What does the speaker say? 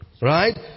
Right